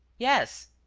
yes.